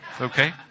Okay